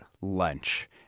lunch